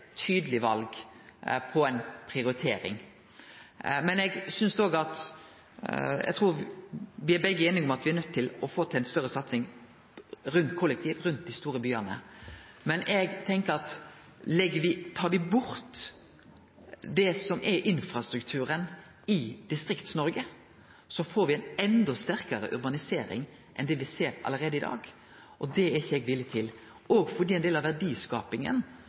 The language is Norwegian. tydeleg val av prioritering. Eg trur at me begge er einige om at me er nøydde til å få til ei større satsing på kollektivtrafikk rundt dei store byane, men eg tenkjer at om me tar bort det som er infrastrukturen i Distrikts-Noreg, får me ei enda sterkare urbanisering enn det me ser allereie i dag. Det er ikkje eg villig til, òg fordi ein del av verdiskapinga